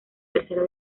tercera